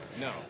No